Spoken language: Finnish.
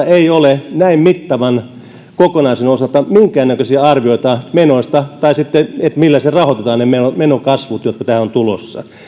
ei ole näin mittavan kokonaisuuden osalta minkäännäköisiä arvioita menoista tai sitten siitä millä rahoitetaan ne menokasvut joita tästä on tulossa